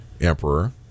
Emperor